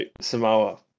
Samoa